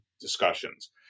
discussions